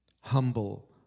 Humble